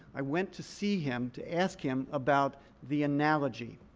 i went to see him to ask him about the analogy.